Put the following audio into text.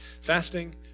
Fasting